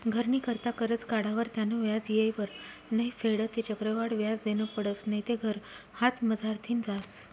घरनी करता करजं काढावर त्यानं व्याज येयवर नै फेडं ते चक्रवाढ व्याज देनं पडसं नैते घर हातमझारतीन जास